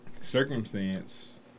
circumstance